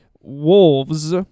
wolves